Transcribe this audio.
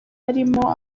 harimo